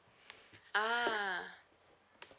ah